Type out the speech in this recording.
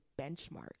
benchmark